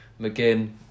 McGinn